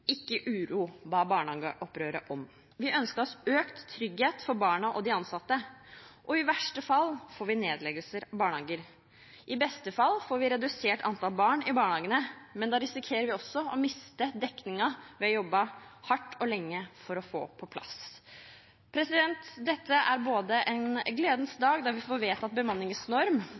ikke uro, ba barnehageopprøret om. Vi ønsket oss økt trygghet for barna og de ansatte. I verste fall får vi nedleggelser av barnehager. I beste fall får vi redusert antall barn i barnehagene, men da risikerer vi også å miste dekningen vi har jobbet hardt og lenge for å få på plass. Dette er en gledens dag: Vi får vedtatt en bemanningsnorm,